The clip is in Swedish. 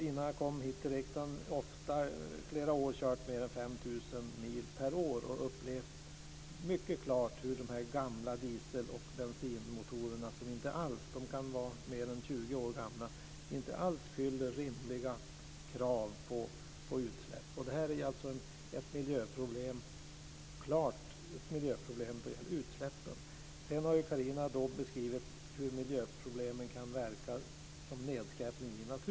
Innan jag kom hit till riksdagen hade jag under flera år kört mer än 5 000 mil per år, och upplevt mycket klart hur de gamla diesel och bensinmotorerna, som kan vara mer än 20 år gamla, inte alls uppfyller rimliga krav på utsläpp. Detta är alltså ett klart miljöproblem när det gäller utsläppen. Carina har beskrivit hur miljöproblemen också kan verka som nedskräpning i naturen.